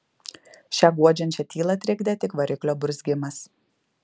šią guodžiančią tylą trikdė tik variklio burzgimas